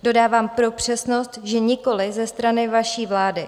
Dodávám pro přesnost, že nikoliv ze strany vaší vlády.